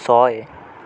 ছয়